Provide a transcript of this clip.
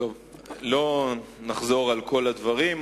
לא נחזור על כל הדברים,